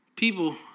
People